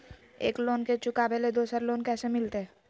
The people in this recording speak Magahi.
एक लोन के चुकाबे ले दोसर लोन कैसे मिलते?